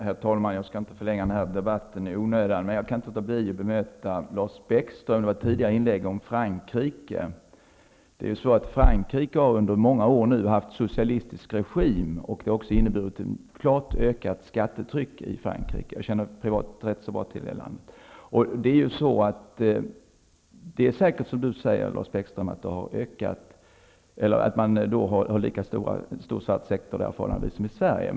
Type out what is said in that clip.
Herr talman! Jag skall inte förlänga debatten i onödan, men jag kan inte låta bli att bemöta Lars Frankrike har under många år haft en socialistisk regim. Det har också inneburit ett klart ökat skattetryck i Frankrike. Jag känner privat ganska bra till det landet. Det är säkert som Lars Bäckström säger, att man har en lika stor svart sektor där som i Sverige.